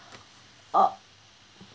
oh